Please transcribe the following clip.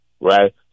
right